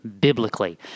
biblically